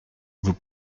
vous